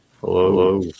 Hello